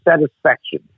Satisfaction